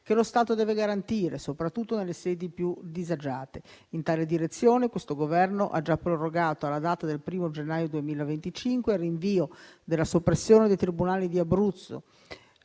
che lo Stato deve garantire, soprattutto nelle sedi più disagiate. In tale direzione, questo Governo ha già prorogato alla data del 1° gennaio 2025 il rinvio della soppressione dei tribunali di Abruzzo